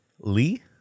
Lee